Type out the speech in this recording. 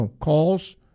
calls